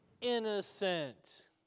innocent